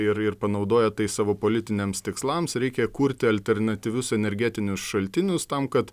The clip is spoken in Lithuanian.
ir ir panaudoja tai savo politiniams tikslams reikia kurti alternatyvius energetinius šaltinius tam kad